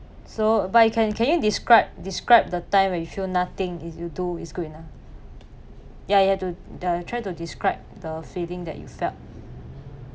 so but can can you describe describe the time when you feel nothing is you do is good enough ya you have to the try to describe the feeling that you felt